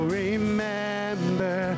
remember